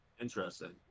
Interesting